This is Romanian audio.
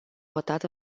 votat